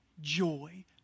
joy